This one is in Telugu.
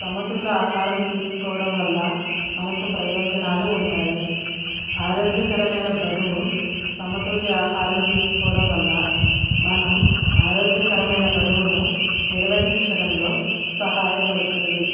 సమతుల ఆహారం తీసుకోవడం వల్ల మనకు ప్రయోజనాలు ఉంటాయి ఆరోగ్యకరమైన బరువు సమతుల్య ఆహారం తీసుకోవడం వల్ల మనం ఆరోగ్యకరమైన బరువును నిర్వహించడంలో సహాయ పడుతుంది